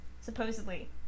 Supposedly